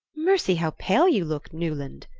mercy, how pale you look, newland!